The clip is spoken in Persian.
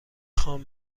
خام